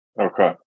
Okay